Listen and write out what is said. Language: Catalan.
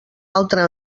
altre